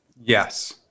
yes